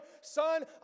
son